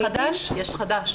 יש חדש.